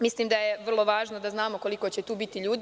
Mislim da je vrlo važno da znamo koliko će tu biti ljudi.